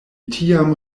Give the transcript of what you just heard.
tiam